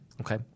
okay